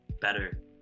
better